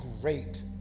great